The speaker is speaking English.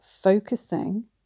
focusing